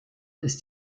ist